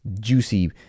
juicy